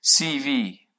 CV